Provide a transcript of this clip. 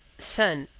son,